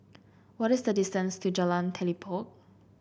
what is the distance to Jalan Telipok